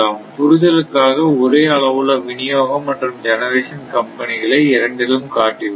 புரிதலுக்காக ஒரே அளவுள்ள வினியோகம் மற்றும் ஜெனரேஷன் கம்பெனிகளை இரண்டிலும் காட்டியுள்ளேன்